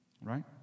right